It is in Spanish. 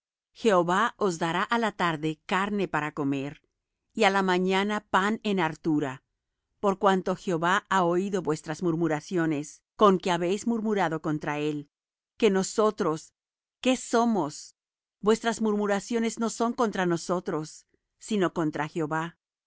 jehová os dará á la tarde carne para comer y á la mañana pan en hartura por cuanto jehová ha oído vuestras murmuraciones con que habéis murmurado contra él que nosotros qué somos vuestras murmuraciones no son contra nosotros sino contra jehová